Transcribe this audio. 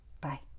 Bye